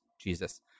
Jesus